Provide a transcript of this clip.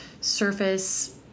surface